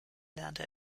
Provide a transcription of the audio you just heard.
lernte